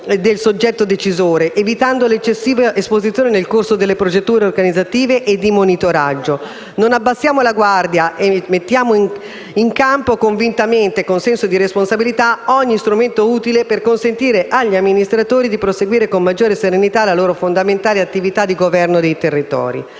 Non abbassiamo la guardia e mettiamo in campo convintamente e con senso di responsabilità ogni strumento utile per consentire agli amministratori di proseguire con maggiore serenità la loro fondamentale attività di governo dei territori.